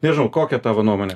nežinau kokia tavo nuomonė